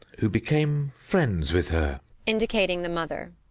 who became friends with her indicating the mother.